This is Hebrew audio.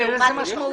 אין לזה משמעות.